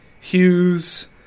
Hughes